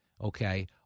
okay